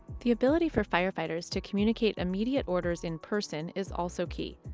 the ability for firefighters to communicate immediate orders in person is also key.